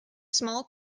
small